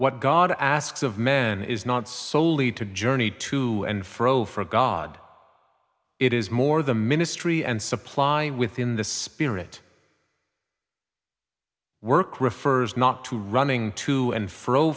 what god asks of men is not solely to journey to and fro for god it is more the ministry and supply within the spirit work refers not to running to and fro